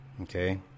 Okay